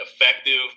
effective